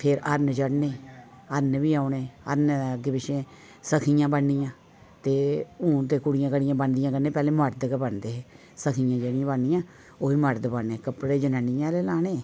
फिर हरण चढ़ने हरण बी औने हरणें दे अग्गें पिच्छें सखियां बननियां हून ते कुड़ियां बनदियां पैह्लें मर्द गै बनदे हे सखियां जेह्ड़ियां बननियां ओह् बी मर्द बनने कपड़े जनानियां आह्ले लाने